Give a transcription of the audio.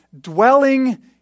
dwelling